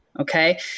okay